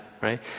right